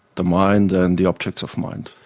the mind and the objects of mind.